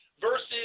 versus